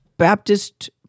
Baptist